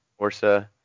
Orsa